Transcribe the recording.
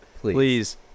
Please